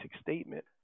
statement